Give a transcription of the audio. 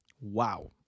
Wow